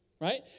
right